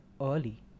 early